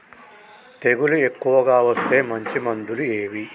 తెగులు ఎక్కువగా వస్తే మంచి మందులు ఏవి?